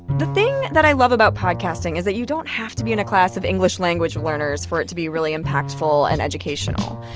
the thing that i love about podcasting is that you don't have to be in a class of english-language learners for it to be really impactful and educational.